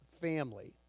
family